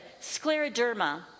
scleroderma